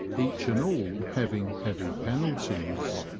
each and all having heavy penalties.